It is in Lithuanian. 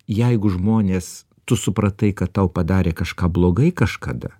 jeigu žmonės tu supratai kad tau padarė kažką blogai kažkada